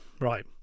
Right